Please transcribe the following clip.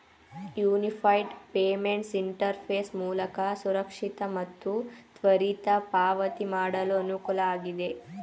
unified payments interface ಮೂಲಕ ಸುರಕ್ಷಿತ ಮತ್ತು ತ್ವರಿತ ಪಾವತಿ ಮಾಡಲು ಅನುಕೂಲ ಆಗಿದೆ